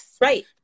right